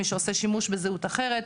מי שעושה שימוש בזהות אחרת,